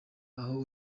aho